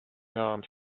arms